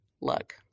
Look